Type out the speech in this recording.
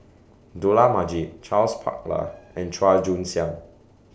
Dollah Majid Charles Paglar and Chua Joon Siang